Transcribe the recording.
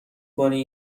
کنی